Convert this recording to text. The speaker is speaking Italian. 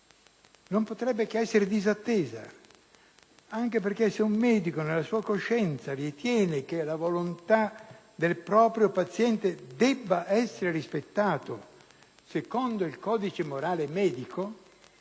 non potrebbe che essere disattesa. Se, infatti, un medico in sua coscienza ritiene che la volontà del proprio paziente debba essere rispettata, secondo il codice morale medico,